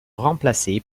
remplacé